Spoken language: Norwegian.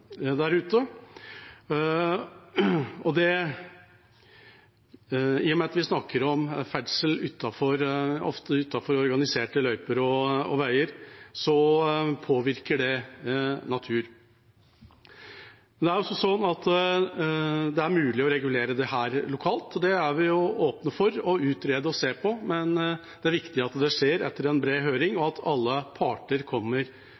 der ute, og i og med at vi snakker om ferdsel ofte utenfor organiserte løyper og veier, påvirker det naturen. Det er mulig å regulere dette lokalt, og det er vi åpne for å utrede og se på, men det er viktig at det skjer etter en bred høring,